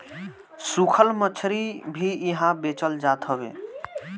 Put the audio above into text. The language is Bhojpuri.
सुखल मछरी भी इहा बेचल जात हवे